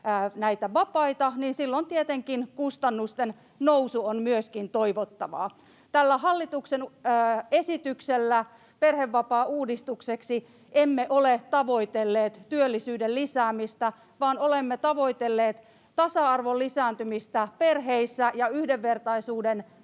näitä vapaita, niin silloin tietenkin kustannusten nousu on myöskin toivottavaa. Tällä hallituksen esityksellä perhevapaauudistukseksi emme ole tavoitelleet työllisyyden lisäämistä, vaan olemme tavoitelleet tasa-arvon lisääntymistä perheissä ja yhdenvertaisuuden